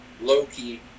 Loki